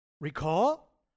Recall